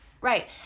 right